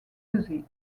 music